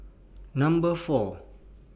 Number four